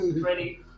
Ready